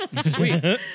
Sweet